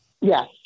Yes